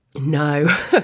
no